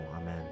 Amen